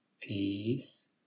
peace